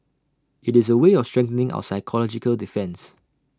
IT is A way of strengthening our psychological defence